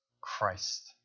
Christ